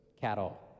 cattle